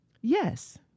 Yes